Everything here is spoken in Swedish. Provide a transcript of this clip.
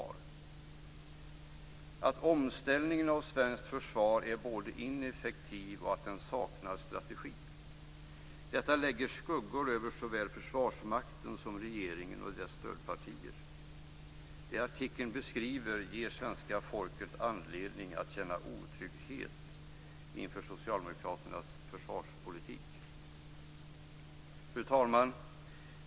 Det var bekymmersamt, eftersom de menade att omställningen av svenskt försvar är ineffektiv och att den saknar strategi. Detta lägger skuggor över såväl Försvarsmakten som regeringen och dess stödpartier. Det artikeln beskriver ger svenska folket anledning att känna otrygghet inför Socialdemokraternas försvarspolitik. Fru talman!